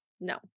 No